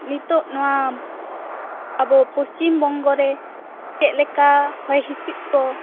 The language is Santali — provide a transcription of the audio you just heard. ᱱᱤᱛᱚᱜ ᱱᱚᱣᱟ ᱟᱵᱚ ᱯᱚᱥᱪᱷᱤᱡ ᱵᱚᱝᱜᱚ ᱨᱮ ᱪᱮᱫᱽ ᱞᱮᱠᱟ ᱦᱚᱭ ᱦᱤᱸᱥᱤᱫ ᱠᱚ